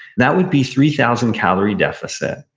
that would be three thousand calorie deficit.